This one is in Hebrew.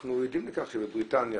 אנחנו עדים לכך שבבריטניה,